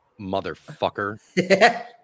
motherfucker